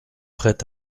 prêt